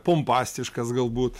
pompastiškas galbūt